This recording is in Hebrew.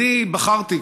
אני בחרתי,